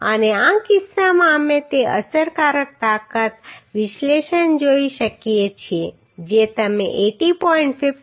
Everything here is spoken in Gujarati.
અને આ કિસ્સામાં અમે તે અસરકારક તાકાત વિશ્લેષણ જોઈ શકીએ છીએ જે તમે 80